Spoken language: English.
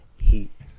heat